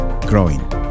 growing